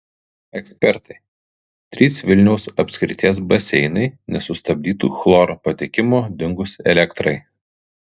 ekspertai trys vilniaus apskrities baseinai nesustabdytų chloro patekimo dingus elektrai